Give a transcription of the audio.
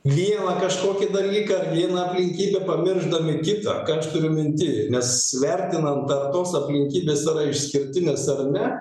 vieną kažkokį dalyką ar vieną aplinkybę pamiršdami kitą ką aš turiu minty nes vertinant ta tos aplinkybės išskirtinės ar ne